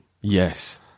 yes